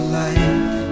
life